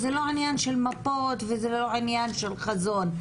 זה לא עניין של מפות וזה לא עניין של חזון.